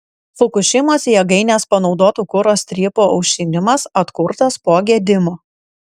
fukušimos jėgainės panaudotų kuro strypų aušinimas atkurtas po gedimo